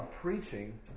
preaching